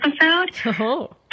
episode